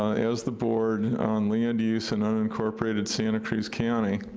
as the board, on land use in unincorporated santa cruz county,